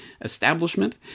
establishment